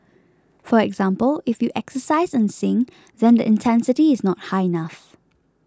for example if you exercise and sing then the intensity is not high enough